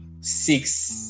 six